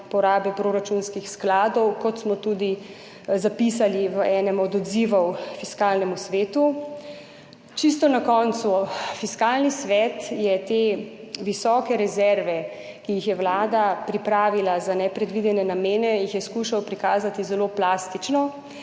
porabe proračunskih skladov, kot smo tudi zapisali v enem od odzivov Fiskalnemu svetu. Čisto na koncu, Fiskalni svet je te visoke rezerve, ki jih je Vlada pripravila za nepredvidene namene, skušal prikazati zelo plastično